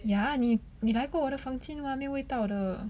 ya 你你来过我的房间 [what] 没有味道的